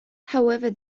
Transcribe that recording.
however